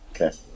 Okay